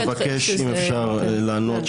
אני אבקש, אם אפשר, לענות.